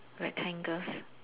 rectangles